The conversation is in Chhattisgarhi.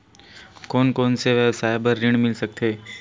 कोन कोन से व्यवसाय बर ऋण मिल सकथे?